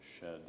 shed